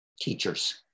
teachers